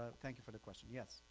thank you for the question. yes?